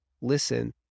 listen